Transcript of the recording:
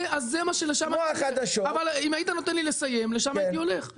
אבל אם היית נותן לי לסיים, לשם הייתי הולך.